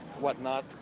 Whatnot